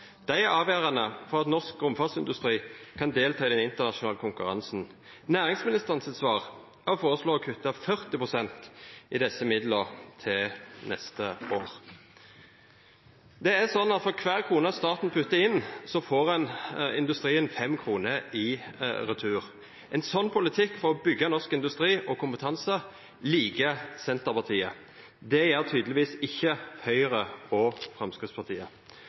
Dei er avgjerande for at norsk romfartsindustri kan delta i den internasjonale konkurransen. Næringsministeren sitt svar er å føreslå å kutta 40 pst. i desse midlane til neste år. Det er slik at for kvar krone staten puttar inn, får industrien 5 kr i retur. Ein slik politikk for å byggja norsk industri og kompetanse liker Senterpartiet. Det gjer tydelegvis ikkje Høgre og Framstegspartiet.